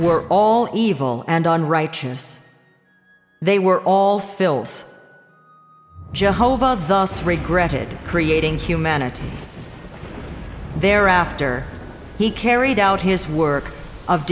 were all evil and on righteous they were all filth of thus regretted creating humanity thereafter he carried out his work of